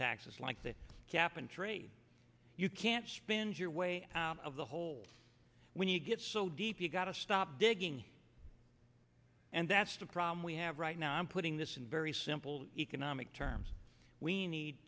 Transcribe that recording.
taxes like the cap and trade you can't spend your way out of the hole when you get so deep you've got to stop digging and that's the problem we have right now i'm putting this in very simple economic terms we need